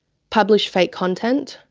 publish fake content,